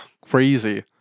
Crazy